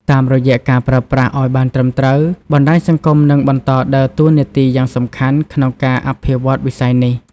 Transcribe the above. តាមរយៈការប្រើប្រាស់ឲ្យបានត្រឹមត្រូវ បណ្ដាញសង្គមនឹងបន្តដើរតួនាទីយ៉ាងសំខាន់ក្នុងការអភិវឌ្ឍន៍វិស័យនេះ។